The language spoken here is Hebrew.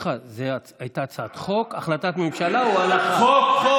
ברשותך, זו הייתה הצעת חוק, החלטת ממשלה, או, חוק.